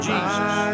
Jesus